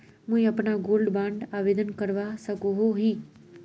मुई अपना gold bond आवेदन करवा सकोहो ही?